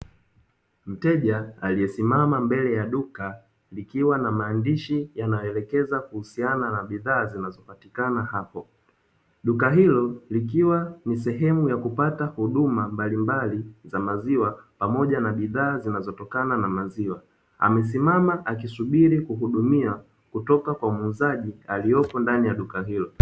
Mteja aliyesimama mbele ya duka, likiwa na maandishi yanayoelekeza kuhusiana na bidhaa zinazopatikana hapo. Duka hilo likiwa ni sehemu ya kupata huduma mbalimbali za maziwa, pamoja na bidhaa zinazotokana na maziwa. Amesimama akisubiri kuhudumiwa, kutoka kwa muuzaji aliyopo ndani ya duka hilo.